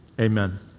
Amen